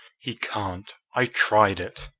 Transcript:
he can't! i tried it.